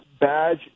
badge